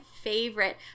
favorite